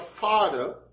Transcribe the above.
Father